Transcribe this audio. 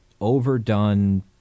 overdone